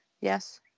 Yes